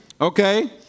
Okay